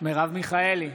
מרב מיכאלי,